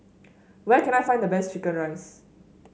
where can I find the best chicken rice